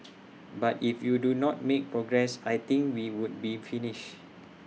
but if you do not make progress I think we would be finished